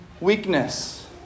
weakness